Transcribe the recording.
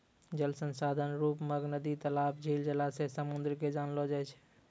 जल संसाधन रुप मग नदी, तलाब, झील, जलासय, समुन्द के जानलो जाय छै